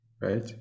right